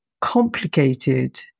complicated